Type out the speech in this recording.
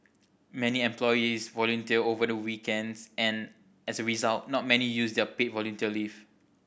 many employees volunteer over the weekends and as a result not many use their paid volunteer leave